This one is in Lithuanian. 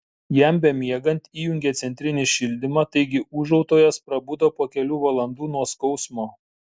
jam bemiegant įjungė centrinį šildymą taigi ūžautojas prabudo po kelių valandų nuo skausmo